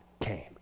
came